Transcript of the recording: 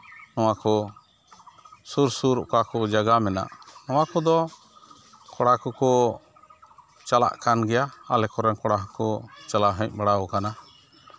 ᱱᱚᱣᱟ ᱠᱚ ᱥᱩᱨ ᱥᱩᱨ ᱚᱠᱟ ᱠᱚ ᱡᱟᱭᱜᱟ ᱢᱮᱱᱟᱜᱼᱟ ᱱᱚᱣᱟ ᱠᱚᱫᱚ ᱠᱚᱲᱟ ᱠᱚ ᱪᱟᱞᱟᱜ ᱠᱟᱱ ᱜᱮᱭᱟ ᱟᱞᱮ ᱠᱚᱨᱮᱱ ᱠᱚᱲᱟ ᱠᱚ ᱪᱟᱞᱟᱣ ᱦᱮᱡ ᱵᱟᱲᱟᱣ ᱠᱟᱱᱟ